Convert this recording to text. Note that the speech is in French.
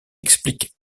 explique